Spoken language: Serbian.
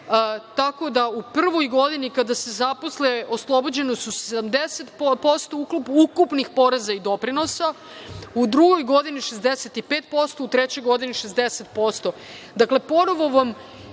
tako da u prvoj godini kada se zaposle oslobođene su 70% ukupnih poreza i doprinosa, u drugoj godini 65%, u trećoj godini 60%.